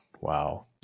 Wow